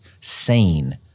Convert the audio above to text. sane